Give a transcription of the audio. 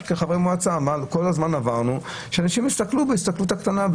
כחברי מועצה כל הזמן עברנו וראינו שאנשים הסתכלו בהסתכלות הקטנה,